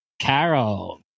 Carol